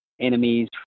enemies